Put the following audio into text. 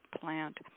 plant